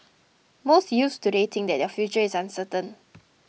most youths today think that their future is uncertain